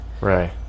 right